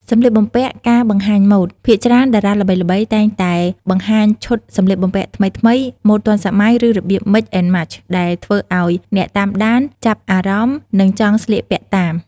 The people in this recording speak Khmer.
ចំពោះសម្លៀកបំពាក់ការបង្ហាញម៉ូតភាគច្រើនតារាល្បីៗតែងតែបង្ហាញឈុតសម្លៀកបំពាក់ថ្មីៗ ម៉ូតទាន់សម័យ ឬរបៀប Mix and Match ដែលធ្វើឲ្យអ្នកតាមដានចាប់អារម្មណ៍ និងចង់ស្លៀកពាក់តាម។